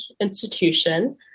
institution